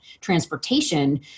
transportation